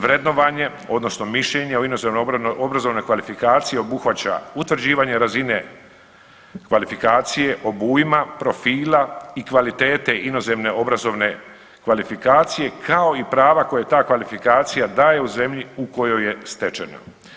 Vrednovanje odnosno mišljenje o inozemnoj obrazovnoj kvalifikaciji obuhvaća utvrđivanje razine kvalifikacije, obujma, profila i kvalitete inozemne obrazovne kvalifikacije, kao i prava koje ta kvalifikacija daje u zemlji u kojoj je stečena.